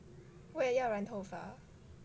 我也要染头发